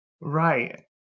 Right